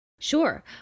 Sure